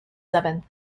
seventh